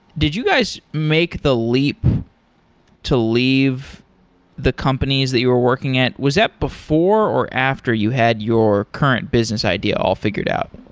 did you guys make the leap to leave the companies that you were working at? was that before or after you had your current business idea all figured out?